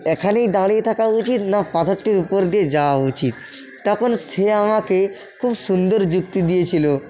এখানেই দাঁড়িয়ে থাকা উচিত না পাথরটির উপর দিয়ে যাওয়া উচিত তখন সে আমাকে খুব সুন্দর যুক্তি দিয়েছিলো